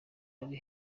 ari